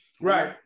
Right